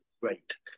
great